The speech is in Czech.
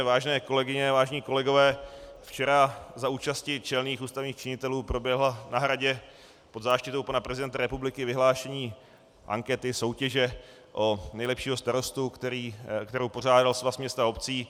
Vážené kolegyně, vážení kolegové, včera za účasti čelných ústavních činitelů proběhlo na Hradě pod záštitou pana prezidenta republiky vyhlášení ankety soutěže o nejlepšího starostu, kterou pořádal Svaz měst a obcí.